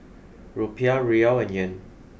Rupiah Riyal and Yen